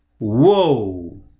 Whoa